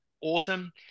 awesome